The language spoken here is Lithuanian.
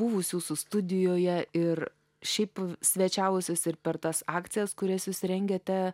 buvus jūsų studijoje ir šiaip svečiavusis ir per tas akcijas kurias jūs rengiate